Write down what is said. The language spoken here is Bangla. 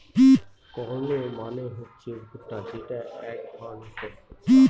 কর্ন মানে হচ্ছে ভুট্টা যেটা এক ধরনের শস্য